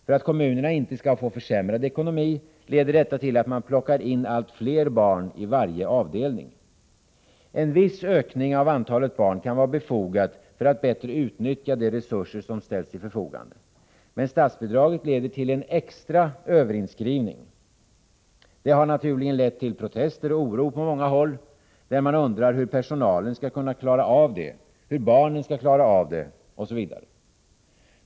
För att kommunerna inte skall få försämrad ekonomi plockar man som en följd av detta in allt fler barn på varje avdelning. En viss ökning av antalet barn kan vara befogad för att man bättre skall kunna utnyttja de resurser som ställs till förfogande. Men statsbidraget leder till en extra överinskrivning. Detta har naturligen lett till protester och oro på många håll. Man undrar hur personalen skall kunna klara av det, hur barnen skall kunna klara av det osv.